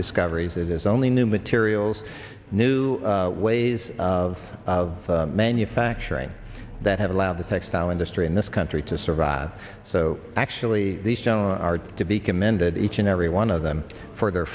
discoveries it is only new materials new ways of of manufacturing that have allowed the textile industry in this country to survive so actually the show are to be commended each and every one of them for their